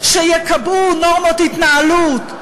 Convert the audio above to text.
שיקבעו נורמות התנהלות,